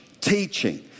teaching